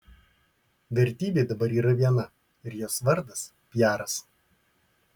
vertybė dabar yra viena ir jos vardas piaras